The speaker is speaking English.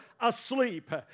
asleep